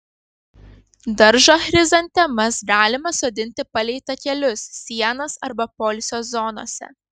daržo chrizantemas galima sodinti palei takelius sienas arba poilsio zonose